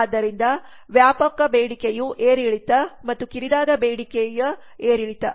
ಆದ್ದರಿಂದ ವ್ಯಾಪಕ ಬೇಡಿಕೆಯ ಏರಿಳಿತ ಮತ್ತು ಕಿರಿದಾದ ಬೇಡಿಕೆಯ ಏರಿಳಿತ